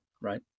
right